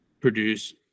produce